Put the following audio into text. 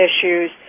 issues